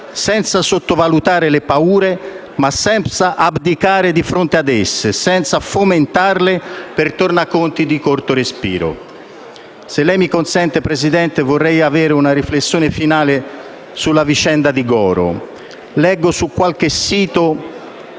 senza sottovalutare le paure, ma senza abdicare di fronte a esse, senza fomentarle per tornaconti di corto respiro. Se lei mi consente, signora Presidente, vorrei fare una riflessione finale sulla vicenda di Goro. Leggo su qualche sito